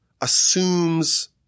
assumes